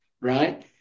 Right